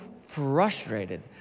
frustrated